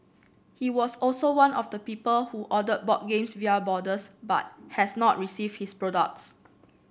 he was also one of the people who ordered board games via boarders but has not received his products